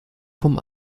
vom